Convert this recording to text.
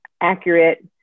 accurate